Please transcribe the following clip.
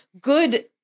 good